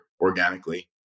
organically